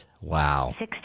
Wow